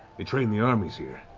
they train the armies here,